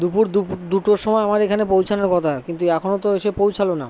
দুপুর দুপুর দুটোর সময় আমার এখানে পৌঁছানোর কথা কিন্তু এখনো তো এসে পৌঁছালো না